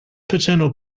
paternal